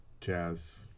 Jazz